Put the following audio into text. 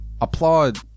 applaud